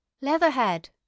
Leatherhead